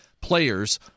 Players